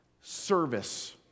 service